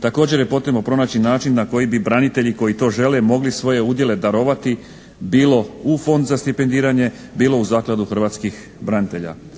Također je potrebno pronaći način na koji bi branitelji koji to žele mogli svoje udjele darovati bilo u Fond za stipendiranje, bilo u Zakladu hrvatskih branitelja.